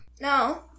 No